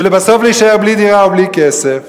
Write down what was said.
ולבסוף להישאר בלי דירה ובלי כסף